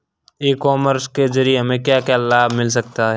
ई commerce के ज़रिए हमें क्या क्या लाभ मिल सकता है?